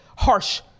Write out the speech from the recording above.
harsh